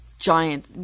giant